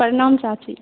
प्रणाम चाची